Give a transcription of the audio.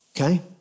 Okay